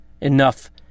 enough